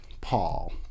Paul